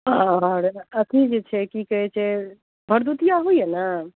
आओर अथी जे छै कि कहै छै भरदुतिआ होइए ने